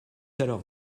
alors